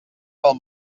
del